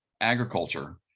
agriculture